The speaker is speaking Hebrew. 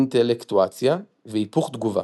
אינטלקטואציה והיפוך תגובה.